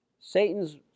Satan's